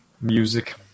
Music